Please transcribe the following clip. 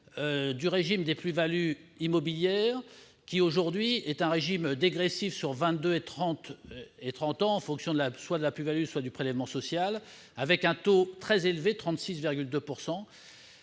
le régime des plus-values immobilières, qui, aujourd'hui, est un régime dégressif sur vingt-deux et trente ans, en fonction soit de la plus-value, soit du prélèvement social, avec un taux très élevé : 36,2 %.